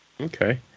okay